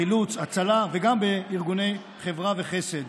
חילוץ, הצלה וגם בארגוני חברה וחסד.